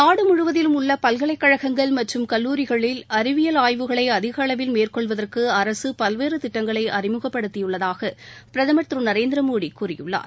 நாடு முழுவதிலும் உள்ள பல்கலைக்கழகங்கள் மற்றும் கல்லூரிகளில் அறிவியல் ஆய்வுகளை அதிக அளவில் மேற்கொள்வதற்கு அரசு பல்வேறு திட்டங்களை அறிமுகப்படுத்தியுள்ளதாக பிரதமர் திரு நரேந்திர மோடி கூறியிருக்கிறார்